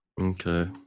Okay